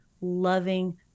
loving